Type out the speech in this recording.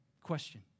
question